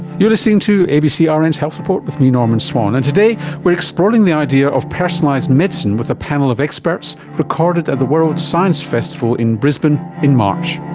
you're listening to abc ah rn's health report with me, norman swan, and today we are exploring the idea of personalised medicine with a panel of experts, recorded at the world science festival in brisbane in march.